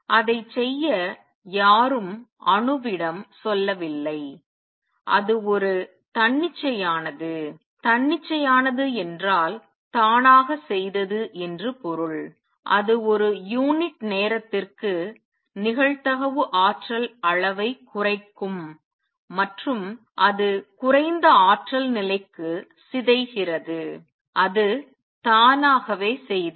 அதைச் செய்ய யாரும் அணுவிடம் சொல்லவில்லை அது ஒரு தன்னிச்சையானது தன்னிச்சையானது என்றால் தானாகச் செய்தது என்று பொருள் அது ஒரு யூனிட் நேரத்திற்கு நிகழ்தகவு ஆற்றல் அளவைக் குறைக்கும் மற்றும் அது குறைந்த ஆற்றல் நிலைக்கு சிதைகிறது அது தானாகவே செய்தது